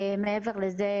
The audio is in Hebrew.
מעבר לזה,